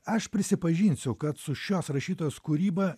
aš prisipažinsiu kad su šios rašytojos kūryba